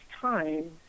time